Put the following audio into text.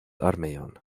armeon